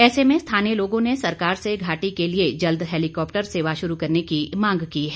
ऐसे में स्थानीय लोगों ने सरकार से घाटी के लिए जल्द हेलिकॉप्टर सेवा शुरू करने की मांग की है